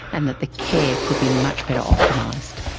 and that the care could be much better optimised.